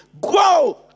go